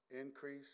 increase